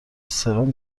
سرم